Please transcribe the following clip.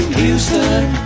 Houston